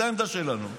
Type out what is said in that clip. זו העמדה שלנו.